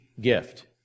gift